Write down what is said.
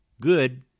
good